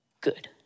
good